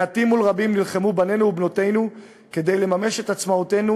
מעטים מול רבים נלחמו בנינו ובנותינו כדי לממש את עצמאותנו,